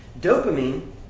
Dopamine